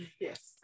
Yes